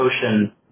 Ocean